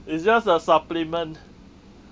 it's just a supplement